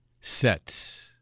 sets